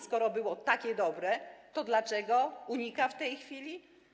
Skoro było takie dobre, to dlaczego unika tego w tej chwili?